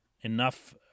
enough